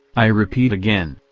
i repeat again,